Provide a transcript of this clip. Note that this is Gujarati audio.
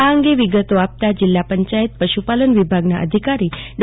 આ અંગે વિગતો આપના જિલ્લાપંચાયત પશપાલન વિભાગના અધિકારી ડો